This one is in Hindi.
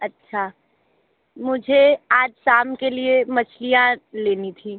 अच्छा मुझे आज शाम के लिए मछलियाँ लेनी थीं